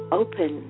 open